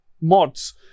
mods